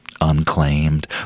unclaimed